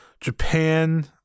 Japan